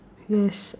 yes